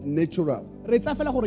natural